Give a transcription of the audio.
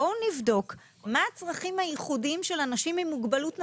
בואו נבדוק מה הצרכים הייחודיים של האנשים עם מוגבלות נפשית,